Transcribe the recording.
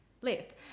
live